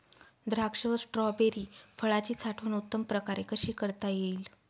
द्राक्ष व स्ट्रॉबेरी फळाची साठवण उत्तम प्रकारे कशी करता येईल?